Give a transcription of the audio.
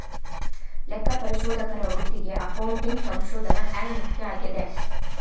ಲೆಕ್ಕಪರಿಶೋಧಕರ ವೃತ್ತಿಗೆ ಅಕೌಂಟಿಂಗ್ ಸಂಶೋಧನ ಹ್ಯಾಂಗ್ ಮುಖ್ಯ ಆಗೇದ?